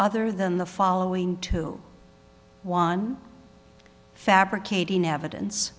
other than the following to one fabricating evidence